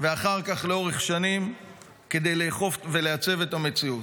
ואחר כך לאורך שנים כדי לאכוף ולעצב את המציאות.